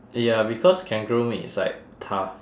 ya because kangaroo meat is like tough